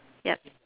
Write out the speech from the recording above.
yup